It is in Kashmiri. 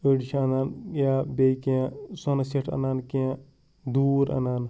أڑۍ چھِ اَنان یا بیٚیہِ کیٚنٛہہ سۄنہٕ سیٚٹ اَنان کیٚنٛہہ دوٗر اَنان